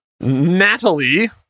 Natalie